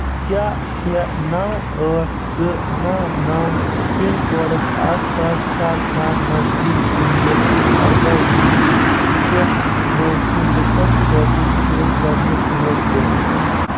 کیٛاہ شیٚے نو ٲٹھ زٕ نو نو پِن کوڈس آس پاس چھا کانٛہہ نزدیٖک سہولت یُس اَرٕداہ وُہُرِس پیٚٹھ وٲنٛسہِ لُکَن خٲطرٕ چھ گۄڈنیُک ڈوز دِوان